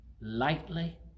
lightly